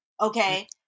okay